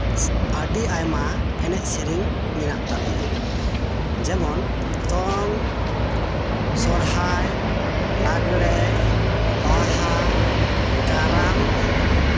ᱟᱹᱰᱤ ᱟᱭᱢᱟ ᱮᱱᱮᱡ ᱥᱮᱨᱮᱧ ᱢᱮᱱᱟᱜ ᱛᱟᱞᱮᱭᱟ ᱡᱮᱢᱚᱱ ᱫᱚᱝ ᱥᱚᱦᱨᱟᱭ ᱞᱟᱜᱽᱲᱮ ᱵᱟᱦᱟ ᱠᱟᱨᱟᱢ